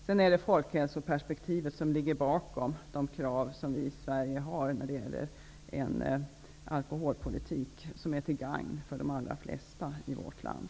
Det är folkhälsoperspektivet som ligger bakom de krav som vi har i Sverige när det gäller en alkoholpolitik som är till gagn för de allra flesta i vårt land.